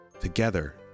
together